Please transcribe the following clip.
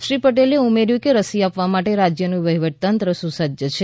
શ્રી પટેલે ઉમેર્યું કે રસી આપવા માટે રાજ્યનું વહીવટીતંત્ર સુસજ્જ છે